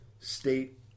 state